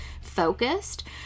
focused